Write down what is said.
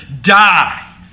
die